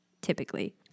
typically